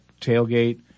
tailgate